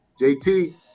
JT